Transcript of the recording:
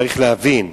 צריך להבין: